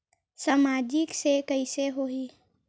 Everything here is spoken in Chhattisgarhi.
सामाजिक से कइसे होही?